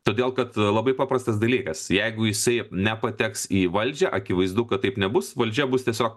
todėl kad labai paprastas dalykas jeigu jisai nepateks į valdžią akivaizdu kad taip nebus valdžia bus tiesiog